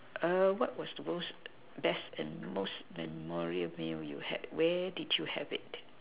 err what was the most best and most memorial meal you had where did you have it